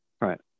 Right